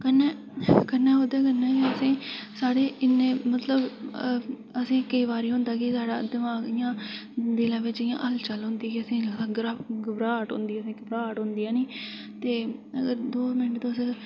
कन्नै ओह्दे कन्नै असें ई साढ़े इ'न्ने मतलब असें केईं बारी होंदा की साढ़ा दिमाग इ'यां बिना बजह इ'यां हलचल होंदी की असें ई लगदा कि घबराहट होंदी ऐ असें घबराहट होंदी ऐनी ते दो मिनट तुस अगर